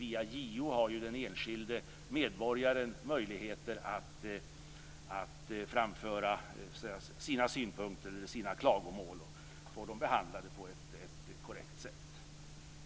Via JO har den enskilde medborgaren möjligheter att framföra sina synpunkter eller klagomål och få dem behandlade på ett korrekt sätt.